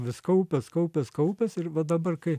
vis kaupias kaupias kaupias ir va dabar kai